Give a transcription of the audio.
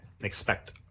expect